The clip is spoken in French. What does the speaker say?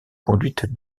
conduite